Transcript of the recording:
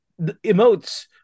emotes